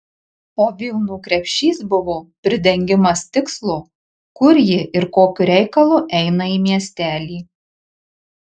o vilnų krepšys buvo pridengimas tikslo kur ji ir kokiu reikalu eina į miestelį